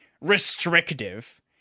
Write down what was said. restrictive